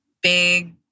big